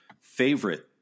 favorite